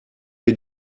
wir